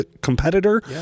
competitor